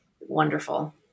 Wonderful